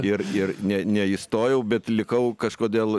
ir ir ne neįstojau bet likau kažkodėl